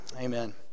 amen